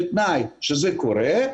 שבתנאי שזה קורה,